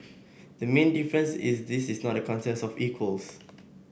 the main difference is this is not a contest of equals